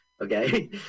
Okay